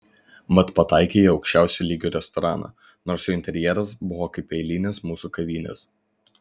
mat pataikei į aukščiausio lygio restoraną nors jo interjeras buvo kaip eilinės mūsų kavinės